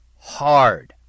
hard